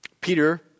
Peter